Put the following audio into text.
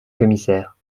commissaire